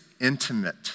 intimate